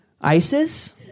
Isis